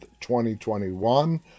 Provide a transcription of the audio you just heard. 2021